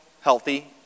healthy